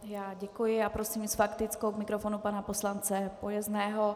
Já děkuji a prosím s faktickou k mikrofonu pana poslance Pojezného.